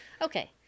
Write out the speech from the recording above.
Okay